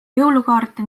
jõulukaarte